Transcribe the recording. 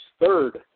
third